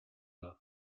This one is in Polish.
lat